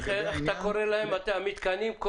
איך אתה קורא להם למתקנים?